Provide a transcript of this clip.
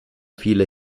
viele